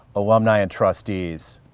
alumni and trustees.